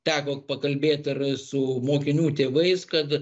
teko pakalbėt ir su mokinių tėvais kad